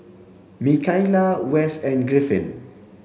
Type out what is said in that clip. Mikaila Wes and Griffin